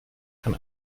kann